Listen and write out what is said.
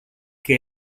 que